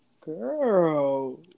Girl